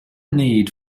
need